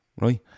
Right